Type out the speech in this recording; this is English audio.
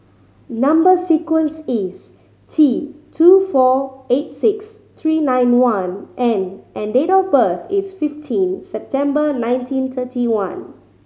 number sequence is T two four eight six three nine one N and date of birth is fifteen September nineteen thirty one